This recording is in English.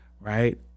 right